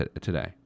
today